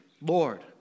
Lord